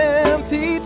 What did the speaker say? empty